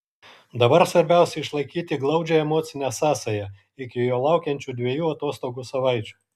dabar svarbiausia išlaikyti glaudžią emocinę sąsają iki jo laukiančių dviejų atostogų savaičių